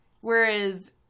whereas